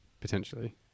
potentially